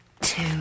Two